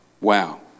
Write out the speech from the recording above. Wow